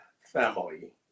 family